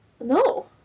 No